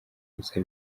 gusa